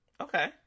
Okay